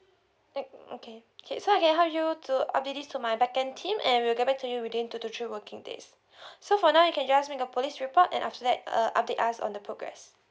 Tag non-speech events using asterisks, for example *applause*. mm okay K so I can help you to update this to my backend team and we'll get back to you within two to three working days *breath* so for now you can just make a police report and after that uh update us on the progress